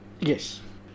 Yes